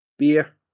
Beer